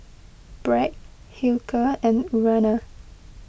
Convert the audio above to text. Bragg Hilker and Urana